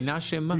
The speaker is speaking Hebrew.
בחינה של מה?